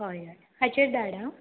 हय हय हाचेर धाड आं